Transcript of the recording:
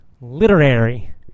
Literary